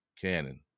cannon